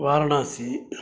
Varanasi